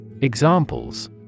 Examples